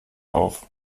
auf